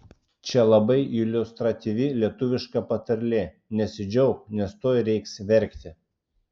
čia labai iliustratyvi lietuviška patarlė nesidžiauk nes tuoj reiks verkti